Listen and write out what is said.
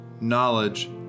knowledge